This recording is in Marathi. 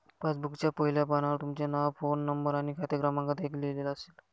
पासबुकच्या पहिल्या पानावर तुमचे नाव, फोन नंबर आणि खाते क्रमांक देखील लिहिलेला असेल